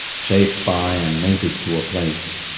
shaped by and native to a place.